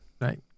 Right